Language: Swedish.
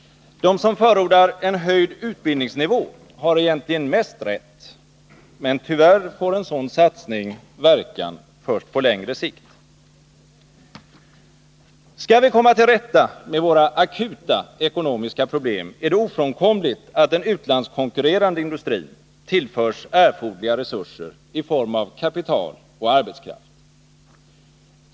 De som förordar en höjd utbildningsnivå har egentligen mest rätt, men tyvärr får en sådan satsning verkan först på längre sikt. Skall vi komma till rätta med våra akuta ekonomiska problem, är det ofrånkomligt att den utlandskonkurrerande industrin tillförs erforderliga resurser i form av kapital och arbetskraft.